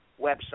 website